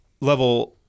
level